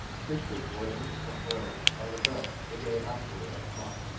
fish for boiling or broiling are the best the day after they are caught.